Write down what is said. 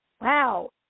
wow